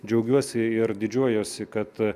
džiaugiuosi ir didžiuojuosi kad